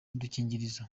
udukingirizo